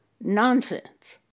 Nonsense